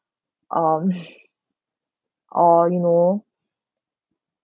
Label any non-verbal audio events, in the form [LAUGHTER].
um [LAUGHS] or you know